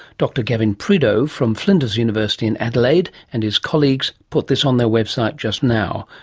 dr. gavin prideaux from flinders university in adelaide and his colleagues put this on their website just now.